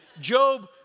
Job